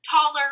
taller